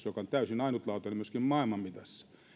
joka on täysin ainutlaatuinen myöskin maailmanmitassa